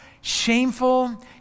shameful